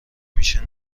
میشه